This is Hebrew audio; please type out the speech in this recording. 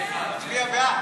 נתקבלה.